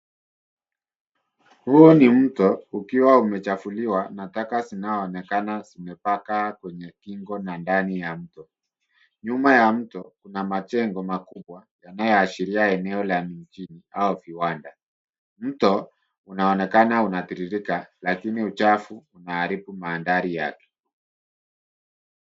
Huu ni mto ukiwa umechafuliwa na taka zinaonekana zimepaka kwenye kingo na ndani ya mto, nyuma ya mto na majengo makubwa yanayoashiria eneo la mjini au viwanda, mto unaonekana unatiririka lakini uchafu unaharibu mandhari yake.